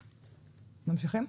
נמשיך.